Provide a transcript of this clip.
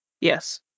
yes